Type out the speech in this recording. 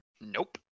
Nope